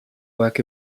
work